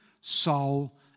soul